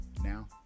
Now